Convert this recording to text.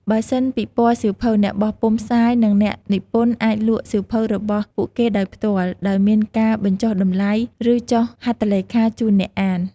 បើសិនពិព័រណ៍សៀវភៅ អ្នកបោះពុម្ពផ្សាយ និងអ្នកនិពន្ធអាចលក់សៀវភៅរបស់ពួកគេដោយផ្ទាល់ ដោយមានការបញ្ចុះតម្លៃ ឬចុះហត្ថលេខាជូនអ្នកអាន។